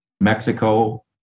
Mexico